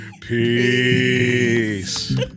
peace